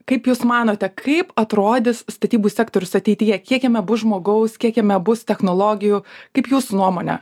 kaip jūs manote kaip atrodys statybų sektorius ateityje kiek jame bus žmogaus kiek jame bus technologijų kaip jūsų nuomone